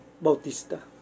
Bautista